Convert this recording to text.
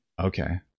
Okay